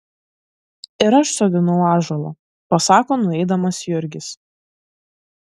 ir aš sodinau ąžuolą pasako nueidamas jurgis